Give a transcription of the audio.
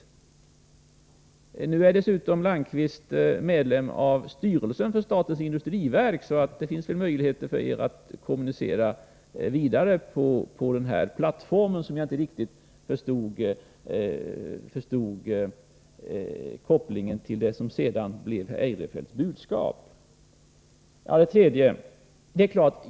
Landqvist är dessutom medlem av styrelsen för statens industriverk, så det finns väl möjligheter för er att kommunicera vidare på den plattformen. Men jag förstod alltså inte riktigt kopplingen mellan Nils Landqvists uttalanden och det som sedan blev Christer Eirefelts budskap.